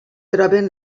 troben